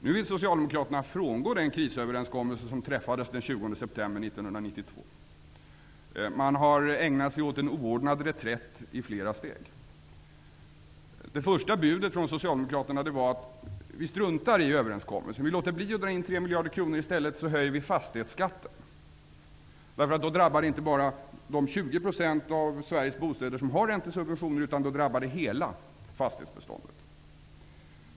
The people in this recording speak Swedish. Nu vill Socialdemokraterna frångå den krisöverenskommelse som träffades den 20 september 1992. Man har ägnat sig åt något av en oordnad reträtt i flera steg. Det första budet från Socialdemokraterna var: Vi struntar i överenskommelsen. Vi låter bli att dra in 3 miljarder. I stället höjer vi fastighetsskatten. Det drabbar inte bara de 20 % av Sveriges bostäder som har räntesubventioner utan hela fastighetsbeståndet.